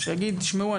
שיגיד שמעו,